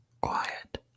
quiet